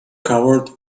covered